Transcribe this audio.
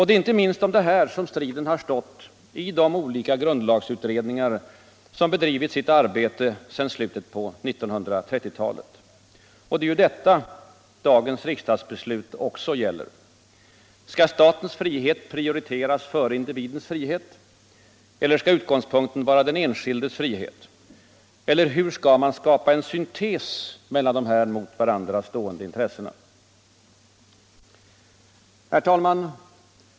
Det är inte minst om detta som striden har stått i de olika grundlagsutredningar som bedrivit sitt arbete sedan slutet på 1930-talet. Och det är ju detta dagens riksdagsbeslut också gäller. Skall statens frihet prioriteras före individens? Eller skall utgångspunkten vara den enskildes frihet? Eller hur skall man skapa en syntes mellan de här mot varandra stående intressena? Herr talman!